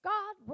God